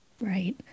Right